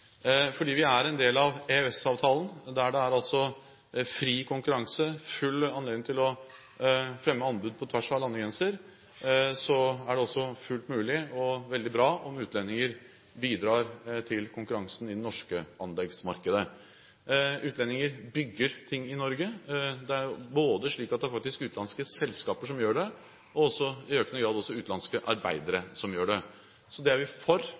Fordi vi er en del av EØS-avtalen, der det er fri konkurranse og full anledning til å fremme anbud på tvers av landegrenser, er det også fullt mulig og veldig bra at utlendinger bidrar til konkurranse i det norske anleggsmarkedet. Utlendinger bygger ting i Norge. Det er slik at det både er utenlandske selskaper som gjør det, og i økende grad også utenlandske arbeidere som gjør det. Så det er vi for